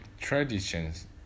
traditions